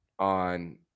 On